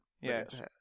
Yes